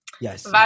Yes